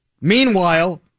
Meanwhile